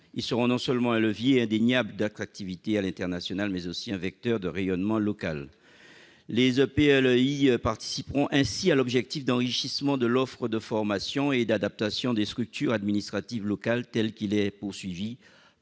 Ils seront non seulement un levier indéniable d'attractivité à l'international, mais aussi un vecteur de rayonnement local. Les EPLEI participeront ainsi à l'objectif d'enrichissement de l'offre de formation et d'adaptation des structures administratives locales, tel qu'il est visé